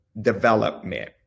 development